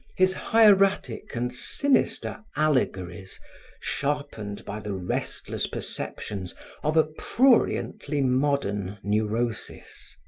his hieratic and sinister allegories sharpened by the restless perceptions of a pruriently modern neurosis.